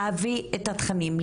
להביא את התכנים,